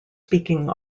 speaking